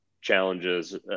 challenges